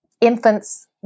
Infants